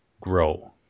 grow